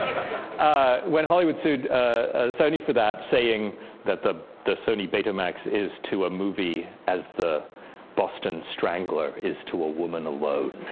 ah when hollywood sued ah sony for that, saying that the the sony betamax is to a movie as the boston strangler is to a woman alone.